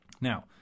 Now